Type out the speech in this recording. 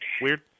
weird